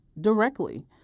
directly